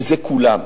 וזה כולם,